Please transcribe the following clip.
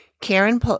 Karen